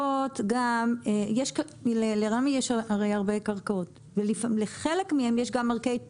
ורטהיים: לרמ"י יש הרי הרבה קרקעות ולחלק מהן יש גם ערכי טבע.